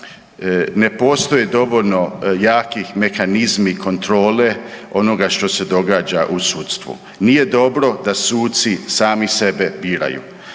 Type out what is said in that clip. ne postoje dovoljno jaki mehanizmi kontrole onoga što se događa u sudstvu. Nije dobro da suci sami sebe biraju.